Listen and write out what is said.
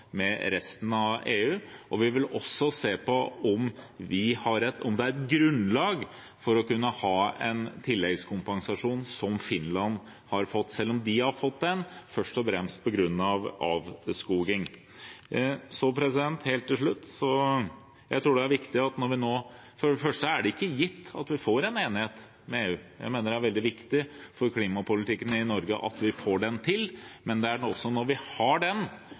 med resten av EU, og vi vil også se på om det er grunnlag for en tilleggskompensasjon, slik Finland har fått, selv om de har fått den først og fremst på grunn av avskoging. Så helt til slutt: Det er ikke gitt at vi får en enighet med EU. Jeg mener det er veldig viktig for klimapolitikken i Norge at vi får den til, men det er når vi har den,